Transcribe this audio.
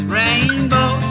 rainbow